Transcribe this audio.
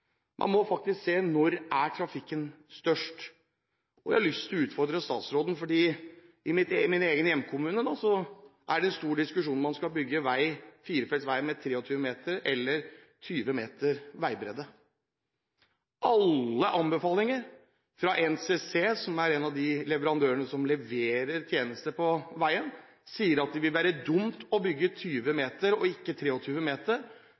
Man må faktisk se på når er trafikken størst. Jeg har lyst til å utfordre statsråden, for i min egen hjemkommune er det en stor diskusjon om man skal bygge firefelts vei med 23 meter eller 20 meter veibredde. Alle anbefalinger fra NCC, som er en av de leverandørene som leverer tjenester på veien, sier at det vil være dumt å bygge 20 meter og ikke 23 meter